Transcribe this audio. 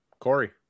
Corey